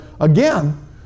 again